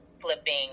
Flipping